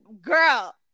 girl